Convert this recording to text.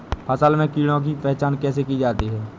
फसल में कीड़ों की पहचान कैसे की जाती है?